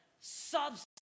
substance